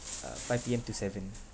uh five P_M to seven